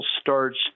starts